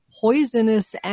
poisonous